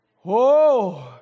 Whoa